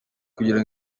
kugira